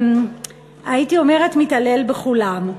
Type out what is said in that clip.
הייתי אומרת, מתעלל בכולם.